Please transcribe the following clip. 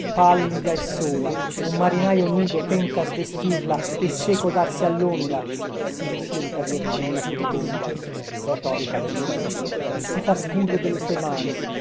pallida e sola un marinaio nudo tenta svestirla e seco darsi allonda si rifiuta virginia pudibonda retorica del tempo e si fa scudo delle due mani